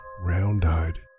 round-eyed